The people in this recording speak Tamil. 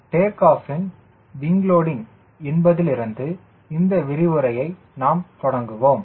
டேக் ஆஃப்பின் விங் லோடிங் என்பதிலிருந்து இந்த விரிவுரையை நாம் தொடங்குவோம்